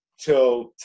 till